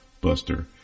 buster